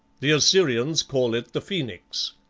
the assyrians call it the phoenix.